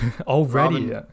Already